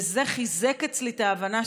וזה חיזק אצלי את ההבנה,